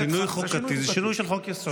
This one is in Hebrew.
שינוי חוקתי זה שינוי של חוק-יסוד, לזה התכוונת.